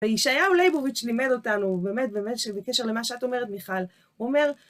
וישעיהו לייבוביץ' לימד אותנו, באמת, באמת, בקשר למה שאת אומרת, מיכל, הוא אומר...